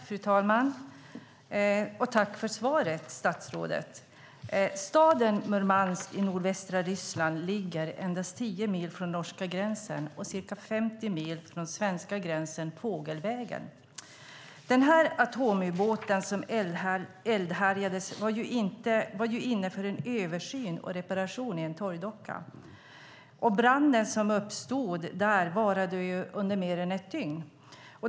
Fru talman! Tack för svaret, statsrådet! Staden Murmansk i nordvästra Ryssland ligger endast 10 mil från norska gränsen och ca 50 mil från svenska gränsen fågelvägen. Den atomubåt som eldhärjades var inne för en översyn och reparation i en torrdocka. Branden som uppstod där varade under mer än ett dygn.